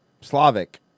slavic